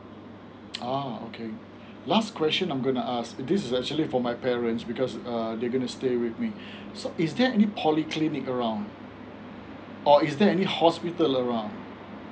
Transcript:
ah okay last question I'm gonna ask this is actually for my parents because err they gonna to stay with me so is there any polyclinic around or is there any hospital around